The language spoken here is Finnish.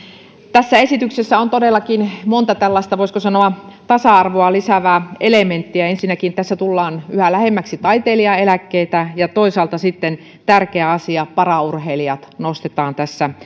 tässä esityksessä on todellakin monta tällaista voisiko sanoa tasa arvoa lisäävää elementtiä ensinnäkin tässä tullaan yhä lähemmäksi taiteilijaeläkkeitä ja toisaalta tärkeä asia paraurheilijat nostetaan